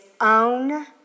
own